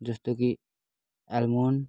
जस्तो कि आलमोन्ड